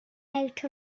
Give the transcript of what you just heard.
out